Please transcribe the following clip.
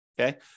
okay